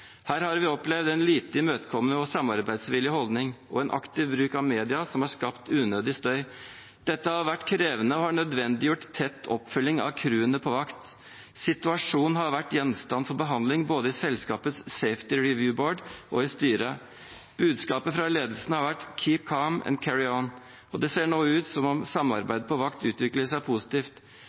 Her har vi opplevd en lite imøtekommende og samarbeidsvillig holdning og en aktiv bruk av media som har skapt unødig støy. Dette har vært krevende og har nødvendiggjort tett oppfølging av crewene på vakt. Situasjonen har vært gjenstand for behandling både i selskapets «safety review board» og i styret. Budskapet fra ledelsen har vært «keep calm and carry on», og det ser nå ut som om samarbeidet på vakt utvikler seg positivt.